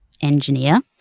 engineer